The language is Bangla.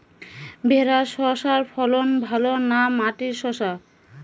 ভেরার শশার ফলন ভালো না মাটির শশার?